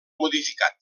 modificat